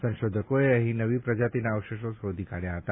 સંશોધકોએ અહીં નવી પ્રજાતિના અવશેષો શોધી કાઢ્યા હતા